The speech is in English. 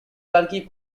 turkey